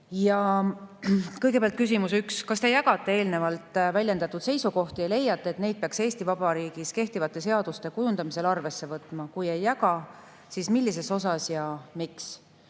esimene küsimus: "Kas Te jagate eelnevalt väljendatud seisukohti ja leiate, et neid peaks Eesti Vabariigis kehtivate seaduste kujundamisel arvesse võtma. Kui ei jaga, siis millises osas ja miks?"